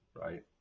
Right